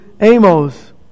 Amos